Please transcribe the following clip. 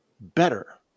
better